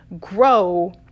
grow